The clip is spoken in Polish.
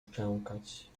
szczękać